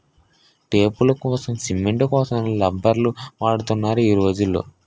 టేపులకోసం, సిమెంట్ల కోసం రబ్బర్లు వాడుతున్నారు ఈ రోజుల్లో